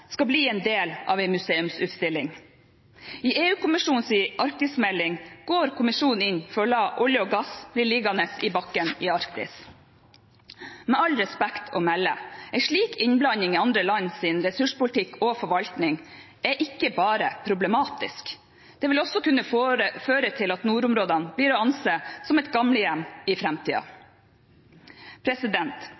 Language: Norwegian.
skal bli en del av en museumsutstilling. I EU-kommisjonens arktismelding går kommisjonen inn for å la olje og gass bli liggende i bakken i Arktis. Med all respekt å melde: En slik innblanding i andre lands ressurspolitikk og -forvaltning er ikke bare problematisk; det vil også kunne føre til at nordområdene blir å anse som et gamlehjem i